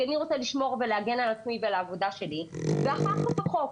כי אני רוצה להגן על עצמי ולשמור על העבודה שלי ואחר כך החוק,